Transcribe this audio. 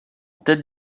tête